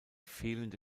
fehlende